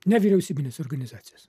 nevyriausybines organizacijas